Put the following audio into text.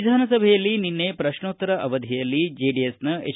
ವಿಧಾನಸಭೆಯಲ್ಲಿ ನಿನ್ನೆ ಪ್ರಶ್ನೋತ್ತರ ಅವಧಿಯಲ್ಲಿ ಜೆಡಿಎಸ್ನ ಎಚ್